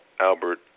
Albert